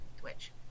Twitch